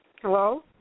Hello